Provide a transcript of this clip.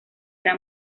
era